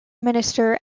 minister